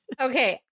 Okay